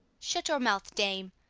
shut your mouth, dame,